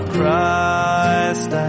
Christ